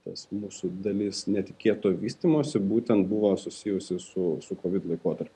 tas mūsų dalis netikėto vystymosi būtent buvo susijusi su su kovido laikotarpiu